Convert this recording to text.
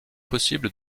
possible